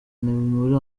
muri